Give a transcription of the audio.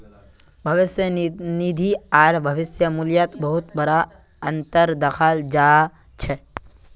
भविष्य निधि आर भविष्य मूल्यत बहुत बडा अनतर दखाल जा छ